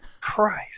Christ